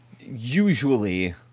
usually